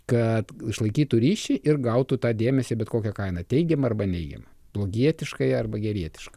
kad išlaikytų ryšį ir gautų tą dėmesį bet kokia kaina teigiama arba neigiama blogietiškai arba gerietiška